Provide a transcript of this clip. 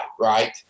right